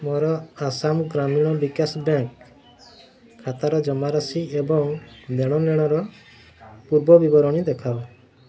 ମୋର ଆସାମ ଗ୍ରାମୀଣ ବିକାଶ ବ୍ୟାଙ୍କ୍ ଖାତାର ଜମାରାଶି ଏବଂ ଦେଣନେଣର ପୂର୍ବବିବରଣୀ ଦେଖାଅ